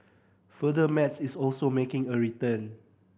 further Maths is also making a return